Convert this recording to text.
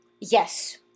Yes